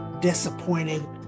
disappointed